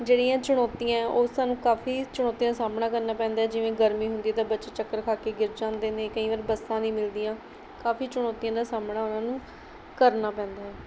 ਜਿਹੜੀਆਂ ਚੁਣੌਤੀਆਂ ਉਹ ਸਾਨੂੰ ਕਾਫੀ ਚੁਣੌਤੀਆਂ ਦਾ ਸਾਹਮਣਾ ਕਰਨਾ ਪੈਂਦਾ ਹੈ ਜਿਵੇਂ ਗਰਮੀ ਹੁੰਦੀ ਤਾਂ ਬੱਚੇ ਚੱਕਰ ਖਾ ਕੇ ਗਿਰ ਜਾਂਦੇ ਨੇ ਕਈ ਵਾਰ ਬੱਸਾਂ ਨਹੀਂ ਮਿਲਦੀਆਂ ਕਾਫੀ ਚੁਣੌਤੀਆਂ ਦਾ ਸਾਹਮਣਾ ਉਹਨਾਂ ਨੂੰ ਕਰਨਾ ਪੈਂਦਾ ਹੈ